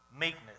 meekness